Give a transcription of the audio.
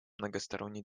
многосторонней